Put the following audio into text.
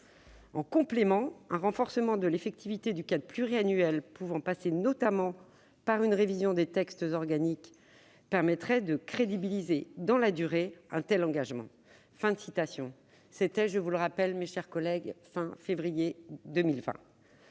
En complément, un renforcement de l'effectivité du cadre pluriannuel, pouvant passer notamment par une révision des textes organiques, permettrait de crédibiliser dans la durée un tel engagement. » Autant dire que la Cour des comptes, dans sa